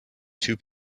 two